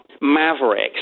mavericks